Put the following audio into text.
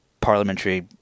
parliamentary